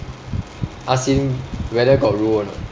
ask him whether got role or not